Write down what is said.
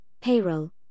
payroll